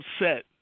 upset